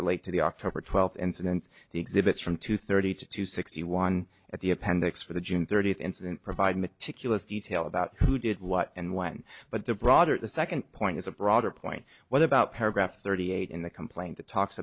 relate to the october twelfth incident the exhibits from two thirty to sixty one at the appendix for the june thirtieth incident provide meticulous detail about who did what and when but the broader the second point is a broader point what about paragraph thirty eight in the complaint that talks